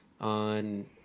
on